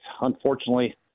Unfortunately